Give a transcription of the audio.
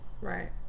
right